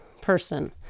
person